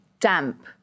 damp